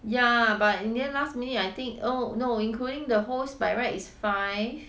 ya but in the end last minute I think oh no including the host by right is five